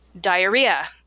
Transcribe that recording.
diarrhea